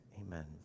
amen